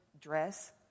dress